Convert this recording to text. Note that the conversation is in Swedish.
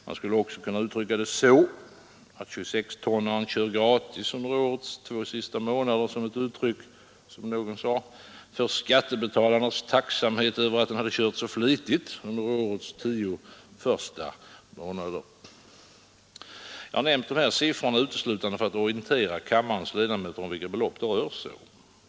Man skulle också kunna uttrycka det så, att 26-tonnaren kör gratis under årets två sista månader som ett uttryck — som någon sade — för skattebetalarnas tacksamhet över att den kört så flitigt under årets tio första månader. Jag har nämnt dessa siffror uteslutande för att orientera kammarens ledamöter om vilka belopp det rör sig om.